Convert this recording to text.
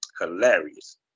Hilarious